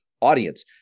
audience